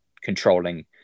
controlling